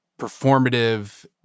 performative